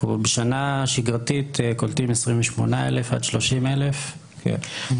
בשנה שגרתית אנחנו קולטים 28,000 עד 30,000. כן,